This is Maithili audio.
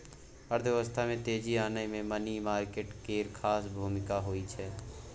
अर्थव्यवस्था में तेजी आनय मे मनी मार्केट केर खास भूमिका होइ छै